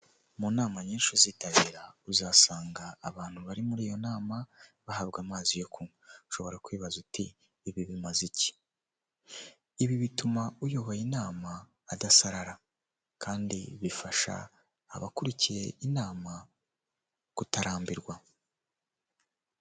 Mu nama nyinshi uzitabira, uzasanga abantu bari muri iyo nama bahabwa amazi yo kunywa, ushobora kwibaza uti ibi bimaze iki, ibi bituma uyoboye inama adasarara kandi bifasha abakurikiye inama kutarambirwa.